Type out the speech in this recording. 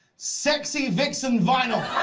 sexy vixen vinyl.